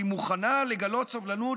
היא מוכנה לגלות סובלנות,